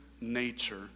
nature